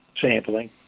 sampling